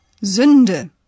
Sünde